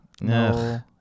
No